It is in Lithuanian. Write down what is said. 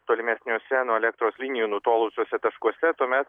tolimesniuose nuo elektros linijų nutolusiuose taškuose tuomet